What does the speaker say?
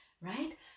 right